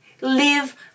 Live